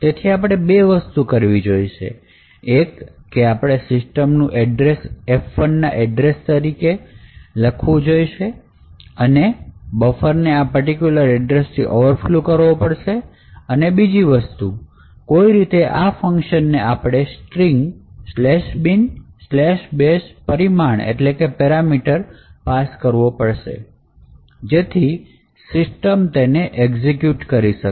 તેથી આપણે બે વસ્તુ કરવી જોઈશે એક કે આપણે system નું એડ્રેસ F ૧ ના એડ્રેસ તરીકે લખું જોઇશે અને બફર ને આ પર્ટિક્યુલર એડ્રેસ થી ઓવરફ્લો કરવું પડશે અને બીજી વસ્તુ કોઈ રીતે આ ફંકશન ને આપણે string binbash પરિમાણ તરીકે પાસ કરવી પડશે કે જેથી system તેને એક્ઝિક્યુટ કરી શકે